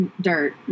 dirt